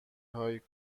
هایی